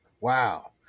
Wow